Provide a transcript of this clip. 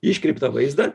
iškreiptą vaizdą